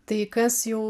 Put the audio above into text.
tai kas jau